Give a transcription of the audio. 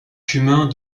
cumin